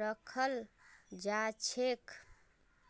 रखाल जा छेक